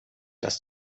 dass